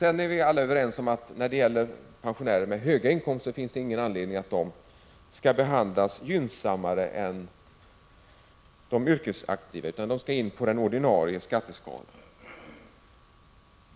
Alla är överens om att det inte finns någon anledning att pensionärer med höga inkomster skall behandlas gynnsammare än de yrkesaktiva, utan de skall beskattas enligt den ordinarie skatteskalan.